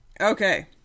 Okay